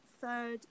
third